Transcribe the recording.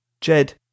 Jed